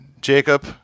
Jacob